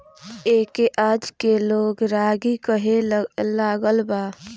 एके आजके लोग रागी कहे लागल बा